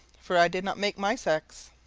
for i did not make my sex.